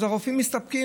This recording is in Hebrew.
אז הרופאים מסתפקים,